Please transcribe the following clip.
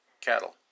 cattle